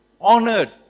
honored